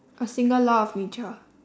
a single law of nature